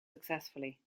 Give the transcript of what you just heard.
successfully